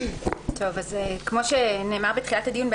כפי שנאמר בתחילת הדיון,